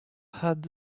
had